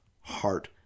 heart